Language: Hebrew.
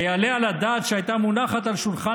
היעלה על הדעת שהייתה מונחת על שולחן